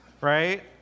right